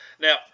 now